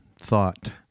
thought